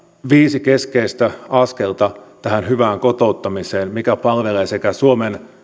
viisi keskeistä askelta tähän hyvään kotouttamiseen mikä palvelee sekä suomen